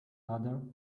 other